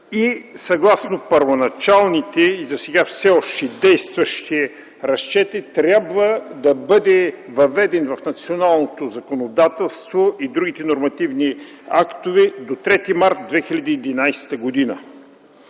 и съгласно първоначалните и засега все още действащи разчети трябва да бъде въведен в националното законодателство и другите нормативни актове до 3 март 2011 г.